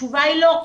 התשובה היא לא.